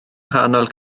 nghanol